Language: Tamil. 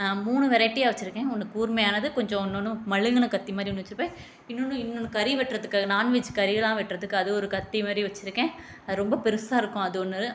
மூணு வெரைட்டியாக வச்சுருக்கேன் ஒன்று கூர்மையானது கொஞ்சோம் இன்னோன்னு மழுங்கின கத்தி மாதிரி ஒன்று வச்சுருப்பேன் இன்னோன்னு இன்னோன்னு கறி வெட்டுறதுக்காக நான்வெஜ் கறிலாம் வெட்டுறதுக்கு அது ஒரு கத்தி மாதிரி வச்சுருக்கேன் அது ரொம்ப பெருசாக இருக்கும் அது ஒன்று